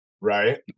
Right